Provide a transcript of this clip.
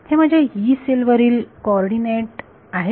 हे माझ्या E cell वरील कॉर्डीनेट आहेत